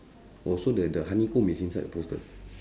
oh so the the honeycomb is inside the poster